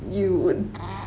you would